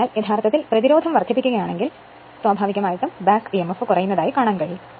അതിനാൽ യഥാർത്ഥത്തിൽ പ്രതിരോധം വർദ്ധിപ്പിക്കുകയാണെങ്കിൽ സ്വാഭാവികമായും ബാക്ക് Emf കുറയും